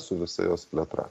su visa jos plėtra